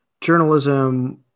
journalism